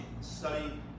Study